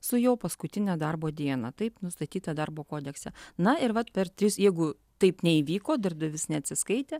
su juo paskutinę darbo dieną taip nustatyta darbo kodekse na ir vat per tris jeigu taip neįvyko darbdavys neatsiskaitė